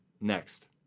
next